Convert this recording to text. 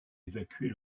évacuer